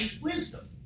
wisdom